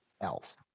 Elf